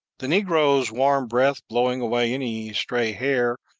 the negro's warm breath blowing away any stray hair,